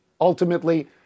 ultimately